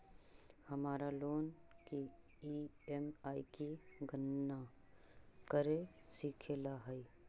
हमारा लोन की ई.एम.आई की गणना करे सीखे ला हई